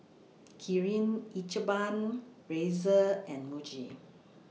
Kirin Ichiban Razer and Muji